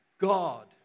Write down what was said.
God